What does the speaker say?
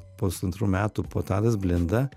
pusantrų metų po tadas blinda